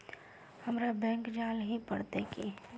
हमरा बैंक जाल ही पड़ते की?